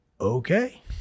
okay